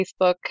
facebook